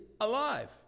alive